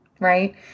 right